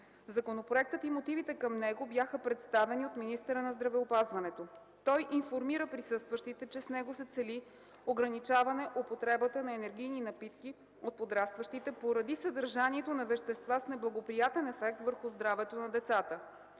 Законопроектът и мотивите към него бяха представени от министъра на здравеопазването. Той информира присъстващите, че с него се цели ограничаване употребата на енергийни напитки от подрастващите, поради съдържанието на вещества с неблагоприятен ефект върху здравето на децата.